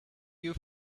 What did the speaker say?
you